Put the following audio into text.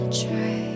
try